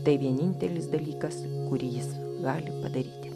tai vienintelis dalykas kurį jis gali padaryti